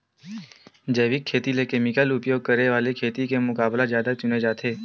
जैविक खेती ला केमिकल उपयोग करे वाले खेती के मुकाबला ज्यादा चुने जाते